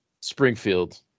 Springfield